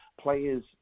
players